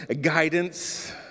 guidance